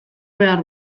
behar